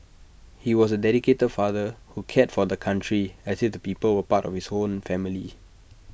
he was A dedicated father who cared for the country as if the people were part of his own family